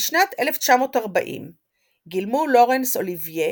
בשנת 1940 גילמו לורנס אוליבייה